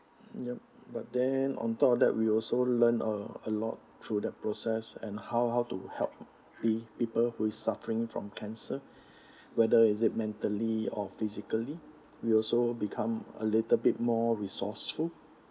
yup but then on top of that we also learn a a lot through the process and how how to help the people who is suffering from cancer whether is it mentally or physically we also become a little bit more resourceful